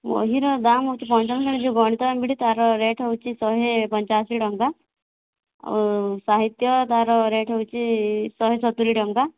ବହିର ଦାମ ହେଉଛି ପଞ୍ଚମ ଶ୍ରେଣୀ ଯେଉଁ ଗଣିତ ଏମବିଡ଼ି ତା'ର ରେଟ୍ ହେଉଛି ଶହେ ପଞ୍ଚାଅଶି ଟଙ୍କା ଆଉ ସାହିତ୍ୟ ତା'ର ରେଟ୍ ହେଉଛି ଶହେ ସତୁରୀ ଟଙ୍କା